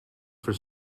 for